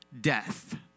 death